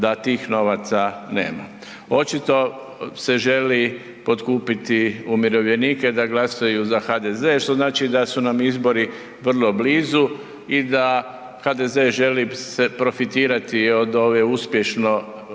da tih novaca nema. Očito se želi potkupiti umirovljenike da glasuju za HDZ što znači da su nam izbori vrlo blizu i da HDZ se želi profitirati od ove uspješno,